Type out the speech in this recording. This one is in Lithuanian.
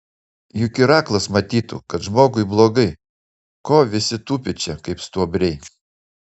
juk ir aklas matytų kad žmogui blogai ko visi tupi čia kaip stuobriai